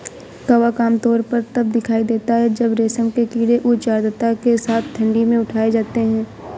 कवक आमतौर पर तब दिखाई देता है जब रेशम के कीड़े उच्च आर्द्रता के साथ ठंडी में उठाए जाते हैं